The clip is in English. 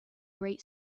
great